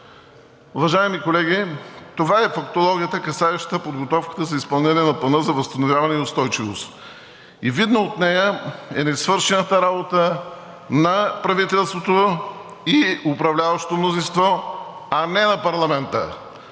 Уважаеми колеги, това е фактологията, касаеща подготовката за изпълнение на Плана за възстановяване и устойчивост. Видно от нея е несвършената работа на правителството и управляващото мнозинство, а не на парламента.